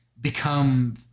become